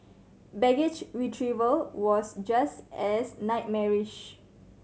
baggage retrieval was just as nightmarish